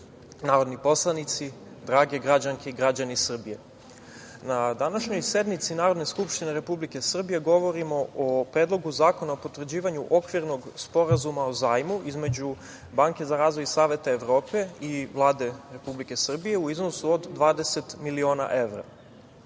narodni poslanici, drage građanke i građani Srbije. Na današnjoj sednici Narodne skupštine Republike Srbije govorimo o Predlogu zakona o potvrđivanju Okvirnog sporazuma o zajmu između Banke za razvoj i Saveta Evrope i Vlade Republike Srbije, u iznosu od 20 miliona evra,